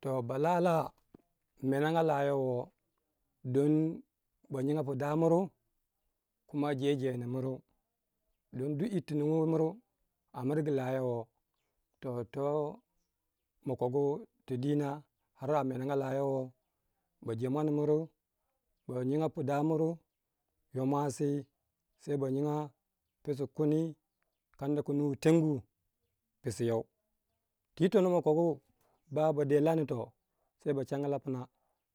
To ba lala a menangga layo wo don baninga pu danu kuma bu jewejendi mriu don duk yirtu nungo mriu a miringi layowo, toh to makogu to dina har a menenga layowo, ba je mwan miri ba nyinga pu dau mriu, yo mwasi se ba nyinga psiu kuni, kanda ku nuwe tengu psiu you ti tono makogo bawei ba de lani toh, se ba changla pna